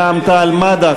רע"ם-תע"ל-מד"ע,